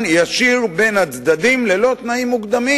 ישיר בין הצדדים ללא תנאים מוקדמים.